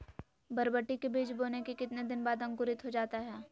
बरबटी के बीज बोने के कितने दिन बाद अंकुरित हो जाता है?